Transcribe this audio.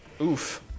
Oof